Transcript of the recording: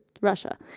Russia